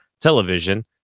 television